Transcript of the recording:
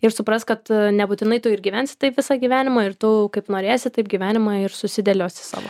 ir supras kad nebūtinai tu ir gyvensi taip visą gyvenimą ir tu kaip norėsi taip gyvenimą ir susidėliosi savo